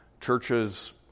churches